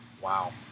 Wow